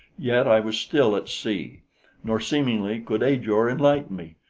yet i was still at sea nor, seemingly, could ajor enlighten me,